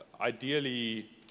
ideally